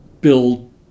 build